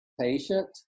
patient